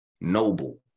Noble